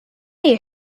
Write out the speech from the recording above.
only